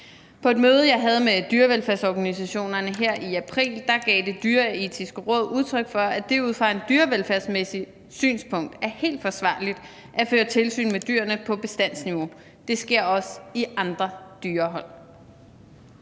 På et møde, jeg havde med dyrevelfærdsorganisationerne her i april, gav Det Dyreetiske Råd udtryk for, at det ud fra et dyrevelfærdsmæssigt synspunkt er helt forsvarligt at føre tilsyn med dyrene på bestandsniveau. Det sker også i andre dyrehold.